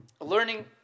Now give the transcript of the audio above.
Learning